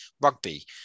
rugby